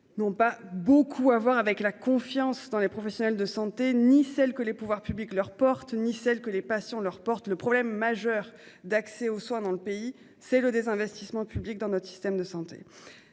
Non pas beaucoup à voir avec la confiance dans les professionnels de santé ni celle que les pouvoirs publics leurs portes ni celle que les patients, leurs portes le problème majeur d'accès aux soins dans le pays. C'est le désinvestissement public dans notre système de santé.